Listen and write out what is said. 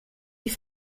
die